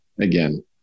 again